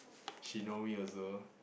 she know me also